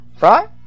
right